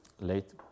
late